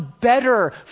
better